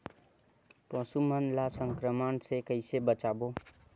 पशु मन ला संक्रमण से कइसे बचाबो?